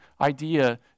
idea